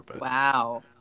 Wow